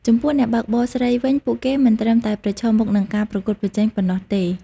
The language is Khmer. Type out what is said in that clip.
ចំពោះ អ្នកបើកបរស្រីវិញ ពួកគេមិនត្រឹមតែប្រឈមមុខនឹងការប្រកួតប្រជែងប៉ុណ្ណោះទេ។